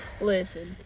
Listen